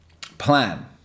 Plan